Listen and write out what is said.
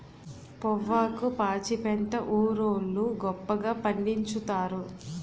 పొవ్వాకు పాచిపెంట ఊరోళ్లు గొప్పగా పండిచ్చుతారు